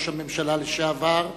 ראש הממשלה לשעבר,